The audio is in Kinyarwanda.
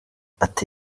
ati